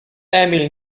emil